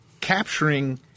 capturing